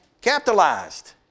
capitalized